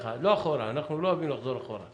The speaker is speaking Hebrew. קיצור המועד להשבת התמורה),